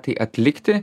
tai atlikti